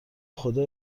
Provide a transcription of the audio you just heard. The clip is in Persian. خدا